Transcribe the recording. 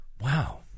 Wow